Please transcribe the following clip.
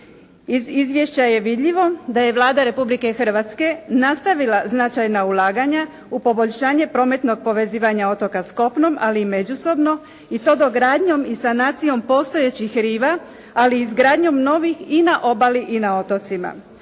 Iz izvješća je vidljivo da je Vlada Republke Hrvatske nastavila značajna ulaganja u poboljšanje prometnog povezivanja otoka s kopnom, ali i međusobno i to dogradnjom i sanacijom postojećih riva, ali i izgradnjom novih i na obali i na otocima.